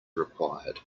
required